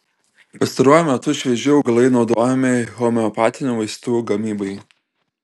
pastaruoju metu švieži augalai naudojami homeopatinių vaistų gamybai